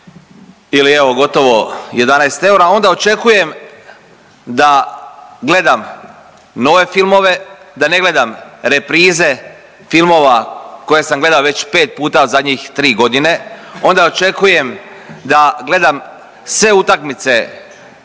ili evo gotovo 11 eura onda očekujem da gledam nove filmove, da ne gledam reprize filmova koje sam gledao već 5 puta zadnjih 3.g., onda očekujem da gledam sve utakmice